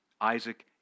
Isaac